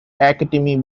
academy